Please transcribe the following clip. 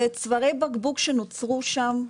זה צווארי בקבוק שנוצרו שם.